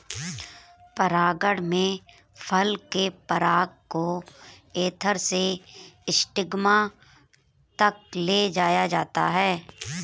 परागण में फल के पराग को एंथर से स्टिग्मा तक ले जाया जाता है